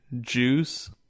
Juice